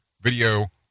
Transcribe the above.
video